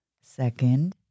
second